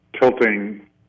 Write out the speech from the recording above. tilting